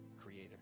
creator